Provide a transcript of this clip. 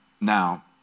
now